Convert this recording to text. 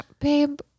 Babe